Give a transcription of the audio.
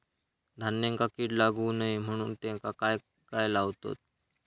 धान्यांका कीड लागू नये म्हणून त्याका काय लावतत?